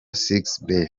sixbert